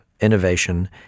innovation